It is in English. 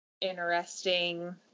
interesting